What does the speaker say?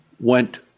went